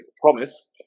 promise